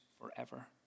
forever